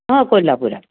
हो कोल्हापुरात